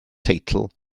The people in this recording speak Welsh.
teitl